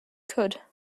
could